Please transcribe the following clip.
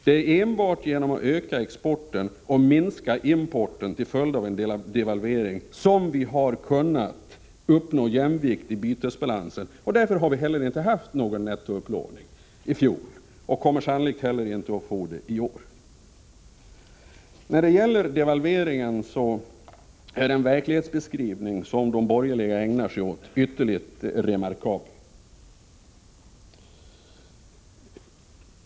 Det är enbart genom att öka exporten och minska importen till följd av en devalvering som vi har kunnat uppnå jämvikt i bytesbalansen. Därför hade vi inte någon nettoupplåning i fjol och kommer sannolikt inte heller att få det i år. Den verklighetsbeskrivning som de borgerliga ägnar sig åt när det gäller devalveringen är ytterligt remarkabel.